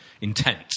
intent